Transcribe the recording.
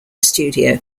studio